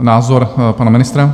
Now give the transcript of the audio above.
Názor pana ministra?